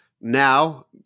now